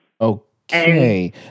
Okay